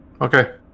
Okay